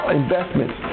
investments